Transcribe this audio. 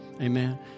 Amen